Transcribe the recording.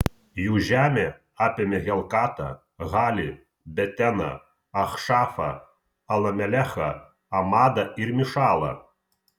jų žemė apėmė helkatą halį beteną achšafą alamelechą amadą ir mišalą